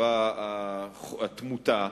התמותה,